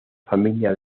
familia